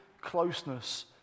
closeness